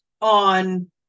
on